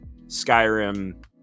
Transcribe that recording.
skyrim